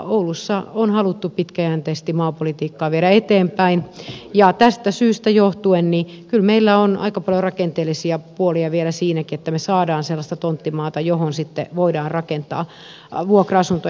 oulussa on haluttu pitkäjänteisesti maapolitiikkaa viedä eteenpäin ja tästä syystä johtuen kyllä meillä on aika paljon rakenteellisia puolia vielä siinäkin että me saamme sellaista tonttimaata johon sitten voidaan rakentaa vuokra asuntoja